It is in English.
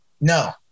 No